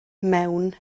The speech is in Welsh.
mewn